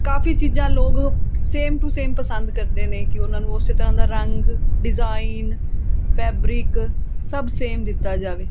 ਕਾਫੀ ਚੀਜ਼ਾਂ ਲੋਕ same to same ਪਸੰਦ ਕਰਦੇ ਨੇ ਕਿ ਉਹਨਾਂ ਨੂੰ ਉਸੇ ਤਰ੍ਹਾਂ ਦਾ ਰੰਗ ਡਿਜਾਈਨ ਫੈਬਰਿਕ ਸਭ ਸੇਮ ਦਿੱਤਾ ਜਾਵੇ